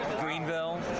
Greenville